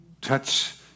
touch